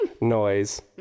noise